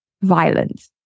violent